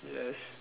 yes